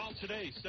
today